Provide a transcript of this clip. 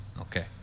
okay